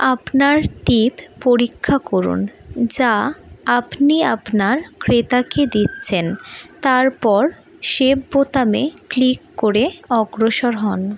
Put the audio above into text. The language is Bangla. আপনার টিপ পরীক্ষা করুন যা আপনি আপনার ক্রেতাকে দিচ্ছেন তারপর সেভ বোতামে ক্লিক করে অগ্রসর হন